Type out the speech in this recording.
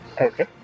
Okay